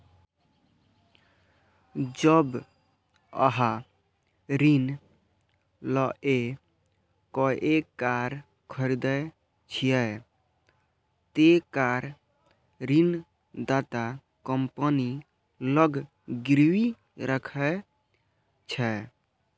जब अहां ऋण लए कए कार खरीदै छियै, ते कार ऋणदाता कंपनी लग गिरवी रहै छै